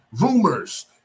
rumors